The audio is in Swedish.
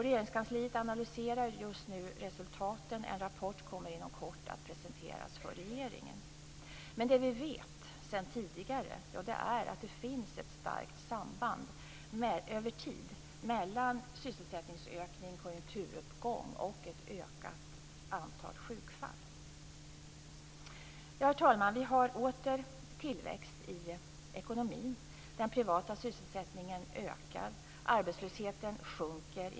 Regeringskansliet analyserar just nu resultaten, och en rapport kommer inom kort att presenteras för regeringen. Det vi vet sedan tidigare är att det finns ett starkt samband över tid mellan sysselsättningsökning, konjunkturuppgång och ett ökat antal sjukfall. Herr talman! Vi har åter tillväxt i ekonomin. Den privata sysselsättningen ökar, arbetslösheten sjunker.